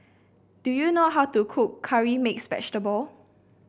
do you know how to cook Curry Mixed Vegetable